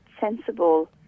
sensible